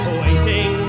waiting